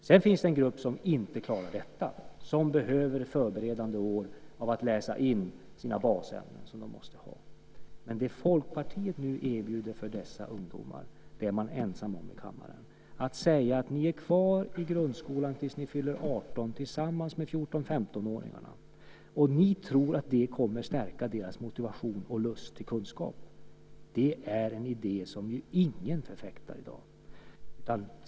Sedan finns det en grupp som inte klarar detta, som behöver ett förberedande år för att läsa in de basämnen som de måste ha. Men det Folkpartiet nu erbjuder dessa ungdomar är man ensam om i kammaren: Ni är kvar i grundskolan tills ni fyller 18 år tillsammans med 14-15-åringarna. Och ni tror att det kommer att stärka deras motivation och lust till kunskap! Det är en idé som ingen förfäktar i dag.